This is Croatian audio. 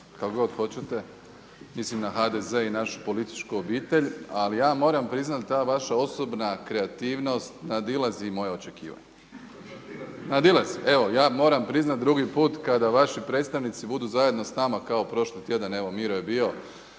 kako god hoćete. Mislim na HDZ i našu političku obitelj. Ali ja moram priznati ta vaša osobna kreativnost nadilazi moja očekivanja, nadilazi. Evo ja moram priznati da drugi put kada vaši predstavnici budu zajedno sa nama kao prošli tjedan evo Miro je bio